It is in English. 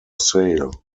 sale